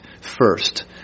first